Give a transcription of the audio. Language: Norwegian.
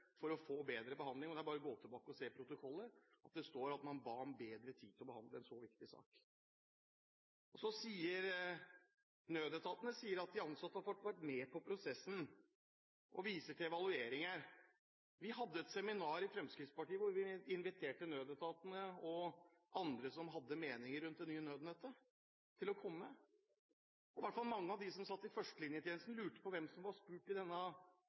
for å få bedre behandling. Det er bare å gå tilbake og se i protokollene, der det står at man ba om bedre tid til å behandle en så viktig sak. Nødetatene sier at de ansatte har fått vært med på prosessen, og viser til evalueringer. Vi hadde et seminar i Fremskrittspartiet hvor vi inviterte nødetatene og andre som hadde meninger rundt det nye nødnettet, til å komme, og i hvert fall mange av dem som satt i førstelinjetjenesten, lurte på hvem som var spurt i denne